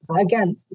again